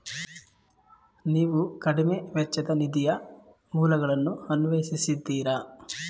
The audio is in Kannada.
ನೀವು ಕಡಿಮೆ ವೆಚ್ಚದ ನಿಧಿಯ ಮೂಲಗಳನ್ನು ಅನ್ವೇಷಿಸಿದ್ದೀರಾ?